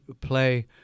play